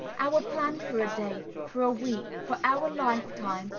our plan for a day, for a week, for our lifetime,